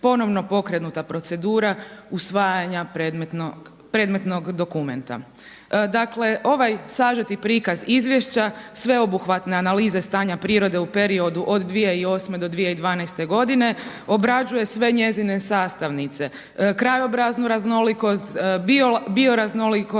ponovno pokrenuta procedura usvajanja predmetnog dokumenta. Dakle ovaj sažeti prikaz izvješća sveobuhvatne analize stanja prirode u periodu od 2008. do 2012. godine obrađuje sve njezine sastavnice, krajobraznu raznolikost, bioraznolikost